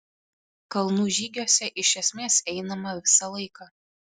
kalnų žygiuose iš esmės einama visą laiką